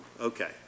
Okay